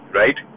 right